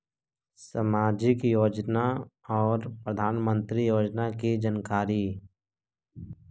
समाजिक योजना और प्रधानमंत्री योजना की जानकारी?